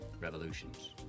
Revolutions